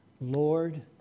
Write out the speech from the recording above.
Lord